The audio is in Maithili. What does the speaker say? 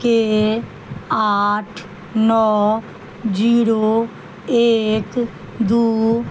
के आठ नओ जीरो एक दू